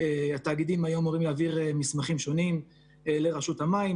התאגידים היו אמורים להעביר מסמכים שונים לרשות המים.